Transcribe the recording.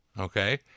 Okay